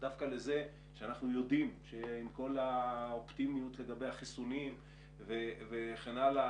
אנחנו יודעים שעם כל האופטימיות לגבי החיסונים וכן הלאה,